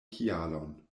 kialon